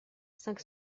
cinq